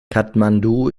kathmandu